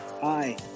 Hi